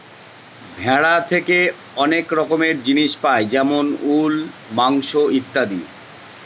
ভেড়া থেকে অনেক রকমের জিনিস পাই যেমন উল, মাংস ইত্যাদি